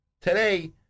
today